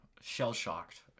shell-shocked